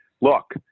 Look